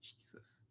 jesus